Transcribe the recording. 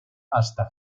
hasta